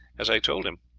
as i told him,